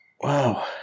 Wow